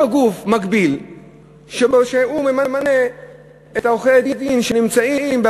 אותו גוף מקביל שממנה את עורכי-הדין שנמצאים גם